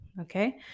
Okay